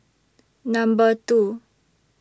Number two